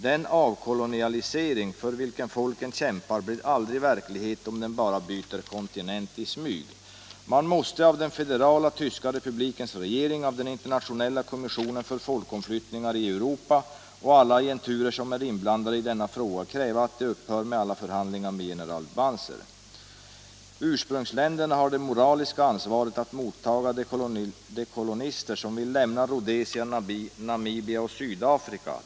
Den avkolonialisering för vilken folken kämpar blir aldrig verklighet om den bara byter kontinent i smyg. Man måste av den federala tyska republikens regering, av den internationella kommissionen för folkförflyttningar i Europa och alla agenturer, som är inblandade i denna fråga, kräva att de upphör med alla förhandlingar med general Banzer. Ursprungsländerna har det moraliska ansvaret att mottaga de kolonister som vill lämna Rhodesia, Namibia och Sydafrika.